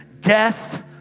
Death